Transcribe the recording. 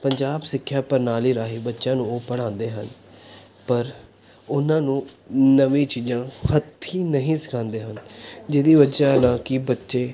ਪੰਜਾਬ ਸਿੱਖਿਆ ਪ੍ਰਣਾਲੀ ਰਾਹੀਂ ਬੱਚਿਆਂ ਨੂੰ ਉਹ ਪੜ੍ਹਾਉਂਦੇ ਹਨ ਪਰ ਉਹਨਾਂ ਨੂੰ ਨਵੀਆਂ ਚੀਜ਼ਾਂ ਹੱਥੀਂ ਨਹੀਂ ਸਿਖਾਉਂਦੇ ਹਨ ਜਿਹਦੀ ਵਜ੍ਹਾ ਨਾਲ ਕਿ ਬੱਚੇ